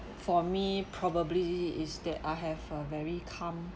for me probably is that I have a very calm